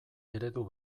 eredu